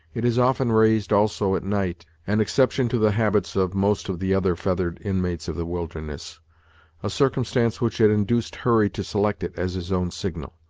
it is often raised, also, at night, an exception to the habits of most of the other feathered inmates of the wilderness a circumstance which had induced hurry to select it as his own signal.